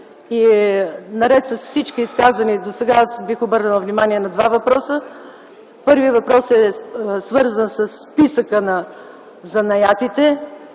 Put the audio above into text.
Наред с всички изказвания досега, аз бих обърнала внимание на два въпроса. Първият въпрос е свързан със списъка на занаятите,